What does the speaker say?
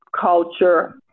culture